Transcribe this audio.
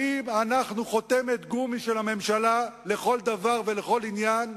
האם אנחנו חותמת גומי של הממשלה לכל דבר ולכל עניין?